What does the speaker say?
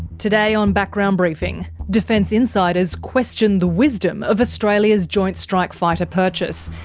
today on background briefing defence insiders question the wisdom of australia's joint strike fighter purchase,